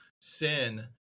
sin